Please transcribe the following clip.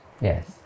Yes